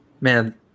man